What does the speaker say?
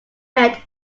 met